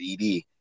ED